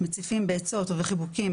מציפים בעצות ובחיבוקים,